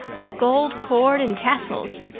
with gold cord and tassels.